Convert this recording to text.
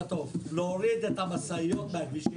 לילה טוב" להוריד את המשאיות מהכבישים,